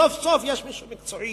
סוף-סוף יש מישהו מקצועי,